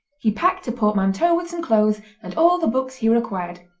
he packed a portmanteau with some clothes and all the books he required,